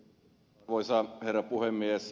arvoisa herra puhemies